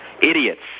Idiots